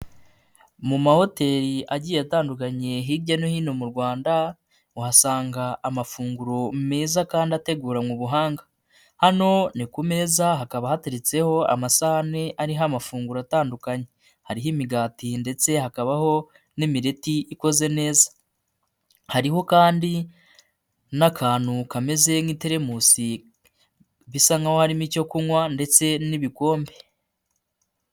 Mu mahoteli agiye atandukanye hirya no hino mu Rwanda, uhasanga amafunguro meza kandi ateguranywe ubuhanga. Hano ni ku meza hakaba hateretseho amasahane ariho amafunguro atandukanye, hariho imigati, ndetse hakabaho n'imireti ikoze neza. Hariho kandi n'akantu kameze nk'iterimusi, bisa nk'uwarimo icyo kunywa ndetse n'ibikombe.